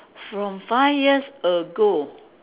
from five years ago